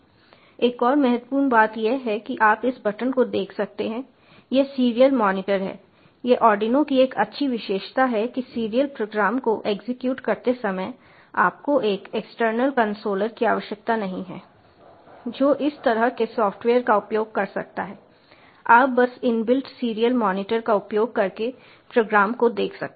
एक और महत्वपूर्ण बात यह है कि आप इस बटन को देख सकते हैं यह सीरियल मॉनीटर है यह आर्डिनो की एक अच्छी विशेषता है कि सीरियल प्रोग्राम को एग्जीक्यूट करते समय आपको एक एक्सटर्नल कंसोलर की आवश्यकता नहीं है जो इस तरह के सॉफ़्टवेयर का उपयोग कर सकता है आप बस इनबिल्ट सीरियल मॉनिटर का उपयोग करके प्रोग्राम को देख सकते हैं